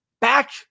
back